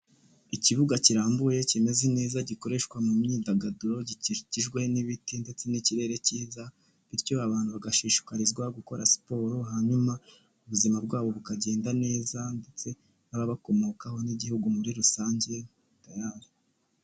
Ikibuga kirambuye kimeze neza gikoreshwa mu myidagaduro gikikijwe n'ibiti ndetse n'ikirere cyiza bityo abantu bagashishikarizwa gukora siporo hanyuma ubuzima bwabo bukagenda neza ndetse n'ababakomokaho n'igihugu muri rusange tayari.